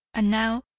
and now,